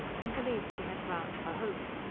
and believed she had ground for hope.